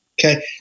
Okay